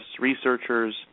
researchers